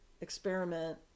experiment